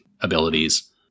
abilities